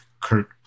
Kurt